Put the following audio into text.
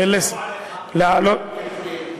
אולי הם התכוונו עליך, קלקולים?